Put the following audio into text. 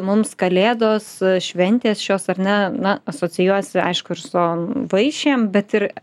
mums kalėdos šventės šios ar ne na asocijuosi aišku ir su vaišėm bet ir